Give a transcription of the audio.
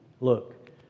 look